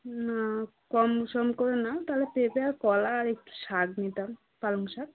না কম সম করে নাও তাহলে পেঁপে আর কলা আর একটু শাক নিতাম পালং শাক